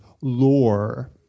lore